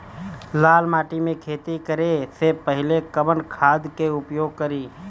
लाल माटी में खेती करे से पहिले कवन खाद के उपयोग करीं?